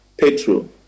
petrol